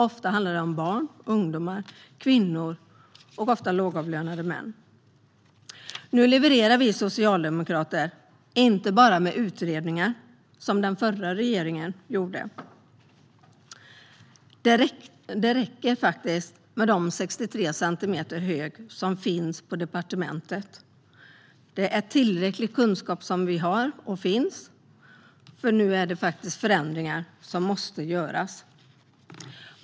Det handlar ofta om barn, ungdomar, kvinnor och lågavlönade män. Nu levererar vi socialdemokrater, och inte bara med utredningar som den förra regeringen gjorde. Det räcker faktiskt med den hög på 63 centimeter som redan finns på departementet. Tillräcklig kunskap finns; det är förändringar som måste göras.